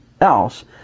else